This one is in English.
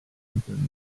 burner